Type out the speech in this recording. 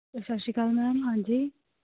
ਸਤਿ ਸ਼੍ਰੀ ਅਕਾਲ ਮੈਮ ਹਾਂਜੀ